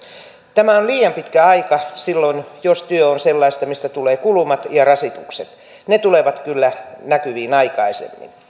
tämä on liian pitkä aika silloin jos työ on sellaista mistä tulevat kulumat ja rasitukset ne tulevat kyllä näkyviin aikaisemmin